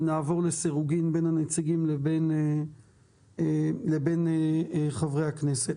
ונעבור לסירוגים בין הנציגים לבין חברי הכנסת.